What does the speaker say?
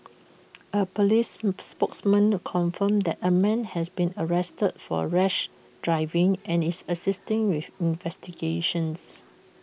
A Police spokesman confirmed that A man has been arrested for rash driving and is assisting with investigations